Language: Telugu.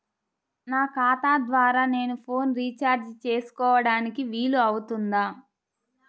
నా ఖాతా ద్వారా నేను ఫోన్ రీఛార్జ్ చేసుకోవడానికి వీలు అవుతుందా?